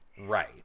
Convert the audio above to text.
Right